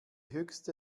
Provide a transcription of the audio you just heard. höchste